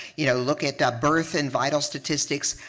you know, look at the birth and vital statistics.